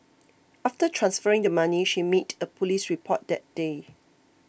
after transferring the money she made a police report that day